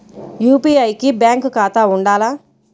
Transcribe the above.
UPI కి bank ఖాతా ఉండాల?